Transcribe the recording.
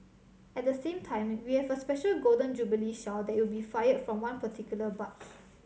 at the same time we have a special Golden Jubilee Shell that will be fired from one particular barge